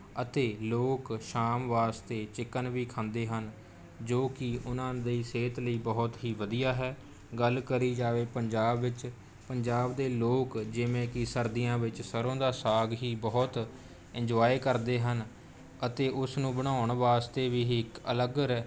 ਅਤੇ ਲੋਕ ਸ਼ਾਮ ਵਾਸਤੇ ਚਿਕਨ ਵੀ ਖਾਂਦੇ ਹਨ ਜੋ ਕਿ ਉਹਨਾਂ ਦੀ ਸਿਹਤ ਲਈ ਬਹੁਤ ਹੀ ਵਧੀਆ ਹੈ ਗੱਲ ਕਰੀ ਜਾਵੇ ਪੰਜਾਬ ਵਿੱਚ ਪੰਜਾਬ ਦੇ ਲੋਕ ਜਿਵੇਂ ਕਿ ਸਰਦੀਆਂ ਵਿੱਚ ਸਰ੍ਹੋਂ ਦਾ ਸਾਗ ਹੀ ਬਹੁਤ ਇੰਜੁਆਏ ਕਰਦੇ ਹਨ ਅਤੇ ਉਸ ਨੂੰ ਬਣਾਉਣ ਵਾਸਤੇ ਵੀ ਹੀ ਇੱਕ ਅਲੱਗ